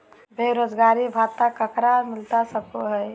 बेरोजगारी भत्ता ककरा मिलता सको है?